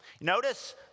Notice